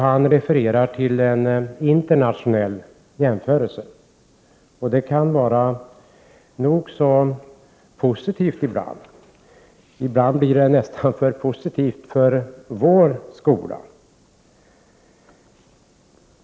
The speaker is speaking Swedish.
Han refererar till en internationell jämförelse. Det kan vara nog så positivt ibland, nästan för positivt för vår skola.